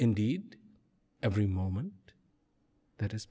indeed every moment that is